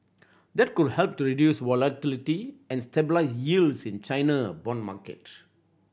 that could help to reduce volatility and stabilise yields in China bond market